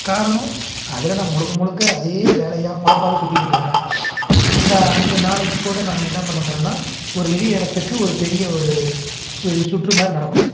காரணம் அதில் நான் முழுக்க முழுக்க அதே வேலையாக பொழப்பாவே சுற்றிக்கிட்டு இருக்கிறேன் இந்த அடுத்த நாளைக்கு கூட நாங்கள் என்ன பண்ணப் போகிறோன்னா ஒரு வெளி இடத்துக்கு ஒரு பெரிய ஒரு சு சுற்று மாதிரி நடக்கும்